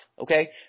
okay